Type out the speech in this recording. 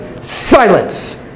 Silence